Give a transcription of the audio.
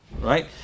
right